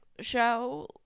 show